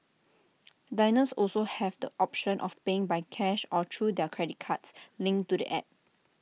diners also have the option of paying by cash or through their credit card linked to the app